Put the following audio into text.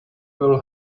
will